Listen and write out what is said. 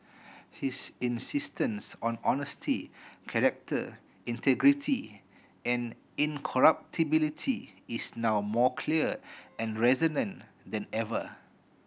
his insistence on honesty character integrity and incorruptibility is now more clear and resonant than ever